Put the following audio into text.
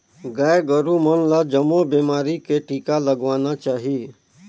गाय गोरु मन ल जमो बेमारी के टिका लगवाना चाही